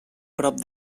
prop